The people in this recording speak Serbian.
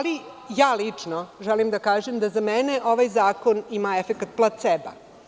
Lično, želim da kažem, za mene ovaj zakon ima efekat placeba.